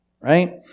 right